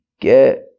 Get